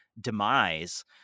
demise